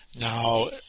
Now